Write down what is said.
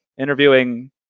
interviewing